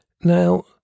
Now